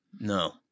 no